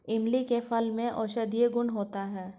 इमली के फल में औषधीय गुण होता है